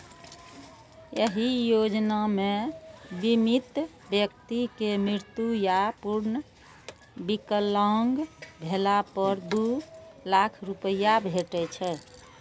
एहि योजना मे बीमित व्यक्ति के मृत्यु या पूर्ण विकलांग भेला पर दू लाख रुपैया भेटै छै